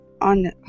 on